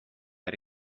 era